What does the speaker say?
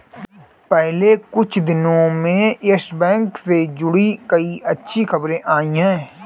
पिछले कुछ दिनो में यस बैंक से जुड़ी कई अच्छी खबरें आई हैं